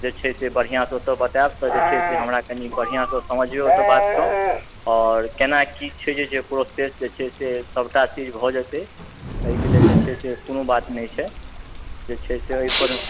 तऽ जे छै से बढ़िऑं सँ ओतऽ बतायब तऽ जे छै से हमरा कनी बढ़िऑं सँ समझिओ ओते वास्ते आओर केना की छै जे प्रोसेस जे छै से सबटा चीज भऽ जेतै एहिके लेल जे छै से कोनो बात नहि छै जे छै से ओहि पर